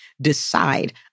decide